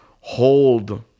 hold